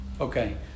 Okay